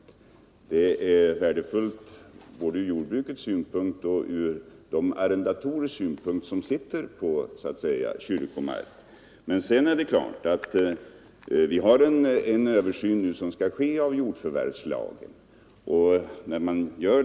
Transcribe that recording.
J--- Det är värdefullt både från jordbrukets synpunkt och de arrendatorers | Ang. Jjordbrukspolisom sitter på kyrkomark. tiken Nu skall alltså ske en översyn av jordförvärvslagen.